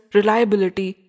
reliability